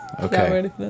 Okay